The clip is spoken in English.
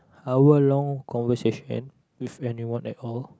hour long conversation with anyone at all